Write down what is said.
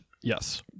yes